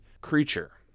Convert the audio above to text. creature